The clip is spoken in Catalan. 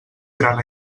gran